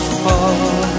fall